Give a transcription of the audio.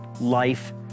life